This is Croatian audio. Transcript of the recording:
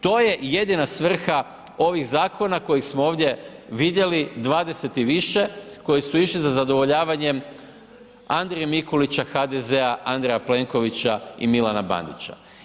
To je jedina svrha ovih zakona koje smo ovdje vidjeli 20 i više, koji su išli za zadovoljavanjem Andreji Mikulića HDZ-a, Andreja Plenkovića i Milana Bandića.